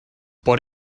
por